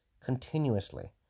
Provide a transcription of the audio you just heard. continuously